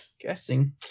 guessing